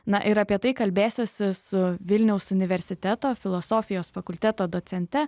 na ir apie tai kalbėsiuosi su vilniaus universiteto filosofijos fakulteto docente